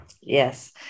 Yes